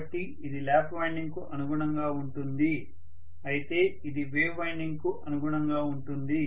కాబట్టి ఇది ల్యాప్ వైండింగ్కు అనుగుణంగా ఉంటుంది అయితే ఇది వేవ్ వైండింగ్కు అనుగుణంగా ఉంటుంది